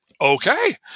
okay